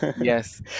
Yes